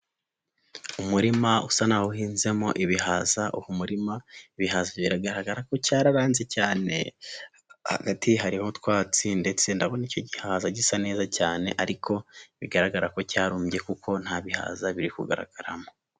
Umurima usa naho uhinzemo ibihaza, biragaragara ko cyararambye cyane hagati hariho utwatsi, ndetse ndabona icyo gihaza gisa neza cyane, ariko bigaragara ko cyarumbye kuko nta bihaza biri kugaragaramo.